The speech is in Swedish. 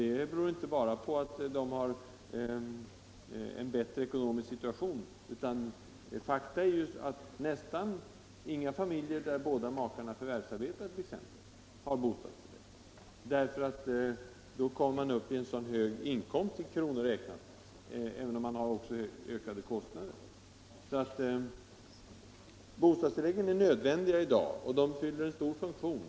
Det beror inte bara på att de har en bättre ekonomisk ställning. Ganska få familjer, där båda makarna förvärvsarbetar, har bostadstillägg. De kommer upp i för hög inkomst i kronor räknat, även om de också har ökade kostnader. Bostadstilläggen är nödvändiga och fyller en stor funktion.